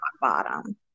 bottom